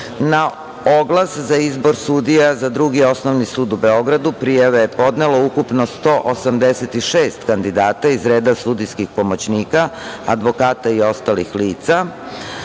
Na oglas za izbor sudija za Drugi osnovni sud u Beogradu, prijave je podnelo ukupno 186 kandidata iz reda sudijskih pomoćnika, advokata i ostalih lica.